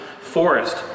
forest